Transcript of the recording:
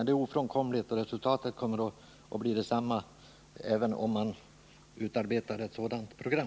Det är ofrånkomligt, och resultatet kommer att bli detsamma även om man utarbetar ett sådant program.